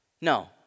No